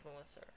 influencer